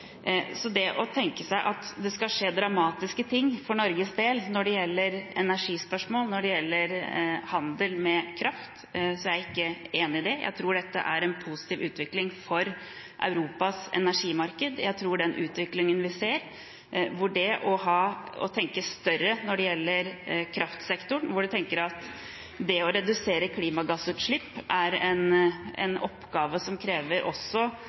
Så at det skal skje dramatiske ting for Norges del når det gjelder energispørsmål, når det gjelder handel med kraft, er jeg ikke enig i. Jeg tror dette er en positiv utvikling for Europas energimarked. Jeg tror den utviklingen vi ser, hvor det å tenke større når det gjelder kraftsektoren, hvor man tenker at det å redusere klimagassutslipp er en oppgave som også krever